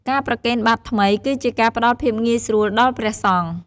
ការប្រគេនបាតថ្មី គឺជាការផ្ដល់ភាពងាយស្រួលដល់ព្រះសង្ឃ។